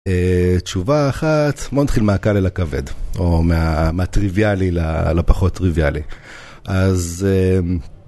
תשובה אחת, בואו נתחיל מהקל אל הכבד, או מהטריוויאלי לפחות טריוויאלי.אז...